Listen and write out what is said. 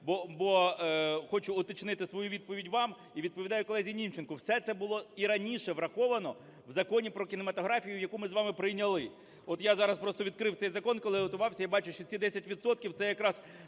бо хочу уточнити свою відповідь вам і відповідаю колезі Німченку. Все це було і раніше враховано в Законі "Про кінематографію", який ми з вами прийняли. От, я зараз просто відкрив цей закон, коли готувався. Я бачу, що ці 10